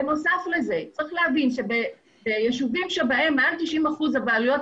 בנוסף לזה צריך להבין שביישובים שבהם מעל 90% הבעלויות